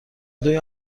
دوی